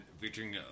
featuring